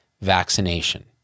vaccination